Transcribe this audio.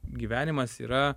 gyvenimas yra